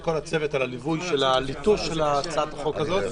ולכל הצוות על הליווי של הליטוש של הצעת החוק הזאת.